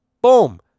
boom